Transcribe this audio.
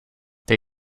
they